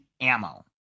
ammo